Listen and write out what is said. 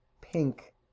Pink